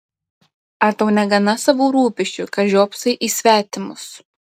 ar tau negana savų rūpesčių kad žiopsai į svetimus